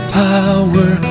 power